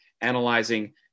analyzing